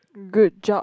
good job